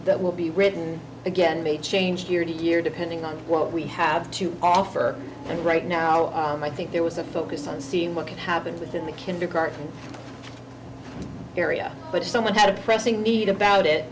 that will be written again they change year to year depending on what we have to offer and right now i think there was a focus on seeing what could happen within the kindergarten area but if someone had a pressing need about it